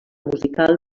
musical